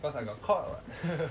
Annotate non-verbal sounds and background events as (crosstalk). cause I got caught [what] (laughs)